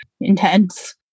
intense